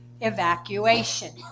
evacuation